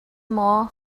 maw